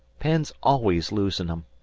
penn's always losing em.